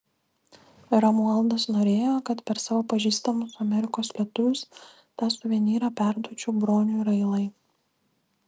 romualdas norėjo kad per savo pažįstamus amerikos lietuvius tą suvenyrą perduočiau broniui railai